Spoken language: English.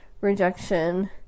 rejection